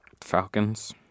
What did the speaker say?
Falcons